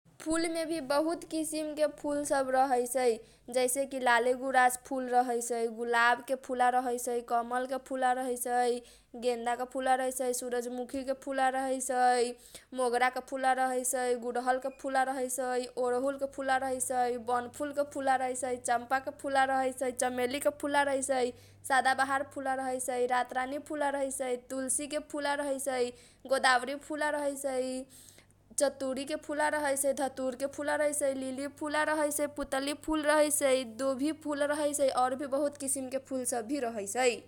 फुलमेभी बहुत किसिमके फुल सब रहैसै जैसेकी लालीगुराँस फुल रहैसै, गुलाबके फुला रहैसै, कमलके फुला रहैसै, गेंदाके फुला रहैसै, सुरज मुखीके फुला रहैसै, मोगरीके फुला रहैसै, गुडहलके फुला रहैसै, ओरहुलके फुला रहैसै, बनफुलके फुला रहैसै, चम्पाके फुला रहैसै, चमेलीके फुला रहैसै, सदाबहारके फुला रहैसै, रात रानीके फुला रहैसै, तुलसीके फुला रहैसै, गोदाबरीके फुला रहैसै, चतुरीके फूला रहैसै, धतुरके फुला रहैसै, लिलीके फुला रहैसै, पुतली फुला रहैसै, दुभी फुला रहैसै, और भी बहुत किसिमके फुल सब रहैसै।